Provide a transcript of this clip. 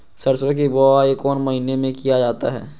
सरसो की बोआई कौन महीने में किया जाता है?